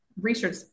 research